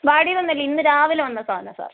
വാടിയതൊന്നുമല്ല ഇന്ന് രാവിലെ വന്ന സാധനമാണ് സാർ